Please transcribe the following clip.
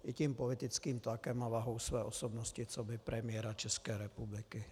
I tím politickým tlakem a vahou své osobnosti coby premiéra České republiky.